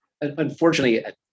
Unfortunately